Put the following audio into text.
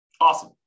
Awesome